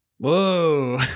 whoa